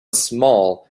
small